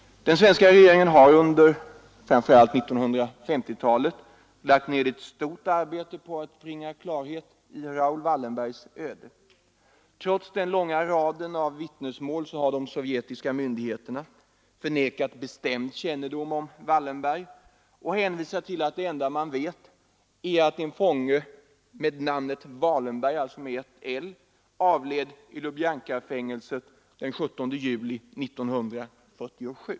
Den svenska regeringen har under framför allt 1950-talet lagt ned ett stort arbete på att bringa klarhet i Raoul Wallenbergs öde. Trots den långa raden av vittnesmål har de sovjetiska myndigheterna förnekat bestämd kännedom om Wallenberg och hänvisat till att det enda man vet är att en fånge med namnet ”Walenberg” avled i Ljubljankafängelset den 17 juli 1947.